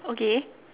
okay